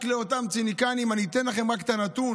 רק לאותם ציניקנים, אני אתן לכם את הנתון,